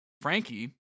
Frankie